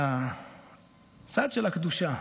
שהצד של הקדושה,